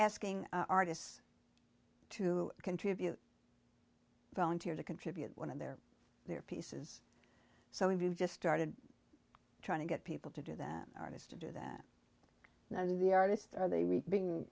asking artists to contribute volunteer to contribute one of their their pieces so if you just started trying to get people to do that artist to do that and the artists are they really being